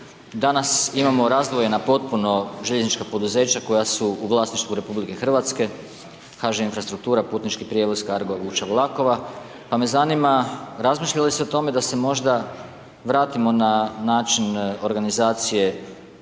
danas, imamo razdvojena potpuno željeznička poduzeća koja su u vlasništvu RH, HŽ infrastruktura, putnički prijevoz …/Govornik se ne razumije./… vuča vlakova. Pa me zanima, razmišlja li se o tome, da se možda vratimo na način organizacije,